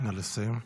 נא לסיים.